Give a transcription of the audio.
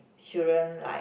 children like